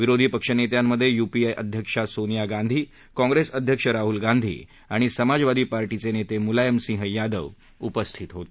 विरोधी पक्षा नेत्यांमधे यूपीए अध्यक्ष सोनिया गांधी काँग्रेस अध्यक्ष राहुल गांधी आणि समाजवादी पार्टीचे नेते मुलायम सिंह यादव यावेळी उपस्थित होते